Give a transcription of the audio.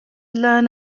learn